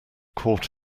caught